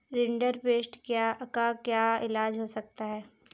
rinderpest का क्या इलाज हो सकता है